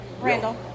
Randall